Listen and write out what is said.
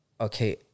okay